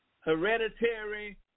hereditary